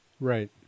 Right